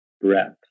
breath